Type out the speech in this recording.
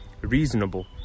reasonable